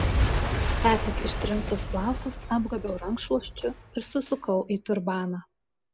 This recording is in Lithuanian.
ką tik ištrinktus plaukus apgobiau rankšluosčiu ir susukau į turbaną